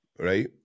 Right